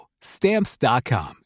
Stamps.com